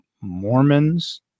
Mormons